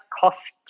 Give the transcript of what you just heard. cost